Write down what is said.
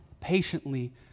patiently